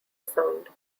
sound